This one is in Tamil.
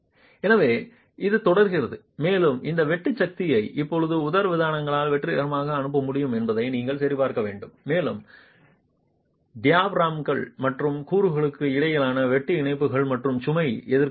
எனவே இது தொடர்கிறது மேலும் இந்த வெட்டு சக்தியை இப்போது உதரவிதானங்களால் வெற்றிகரமாக அனுப்ப முடியுமா என்பதை நீங்கள் சரிபார்க்க வேண்டும் மேலும் டயாபிராம்கள் மற்றும் கூறுகளுக்கு இடையிலான வெட்டு இணைப்புகள் மற்றும் சுமை எதிர்க்கும் கூறுகள்